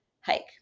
hike